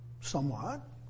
Somewhat